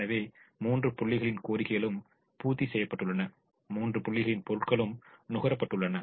எனவே மூன்று புள்ளிகளின் கோரிக்கைகளும் பூர்த்தி செய்யப்பட்டுள்ளன மூன்று புள்ளிகளின் பொருட்களும் நுகரப்பட்டுள்ளன